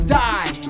die